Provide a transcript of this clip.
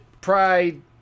Pride